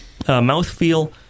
Mouthfeel